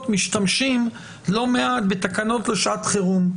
משתמשים לא מעט בתקנות לשעת חירום,